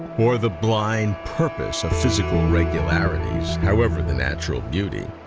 or the blind purpose of physical regularities, however the natural beauty,